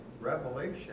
revelation